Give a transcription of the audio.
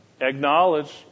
acknowledge